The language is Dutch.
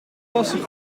passen